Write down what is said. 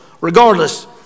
Regardless